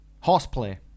horseplay